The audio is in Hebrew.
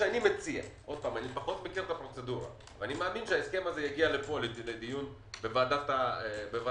אני מציע אני מציע שההסכם הזה יגיע לדיון פה בוועדת הכספים.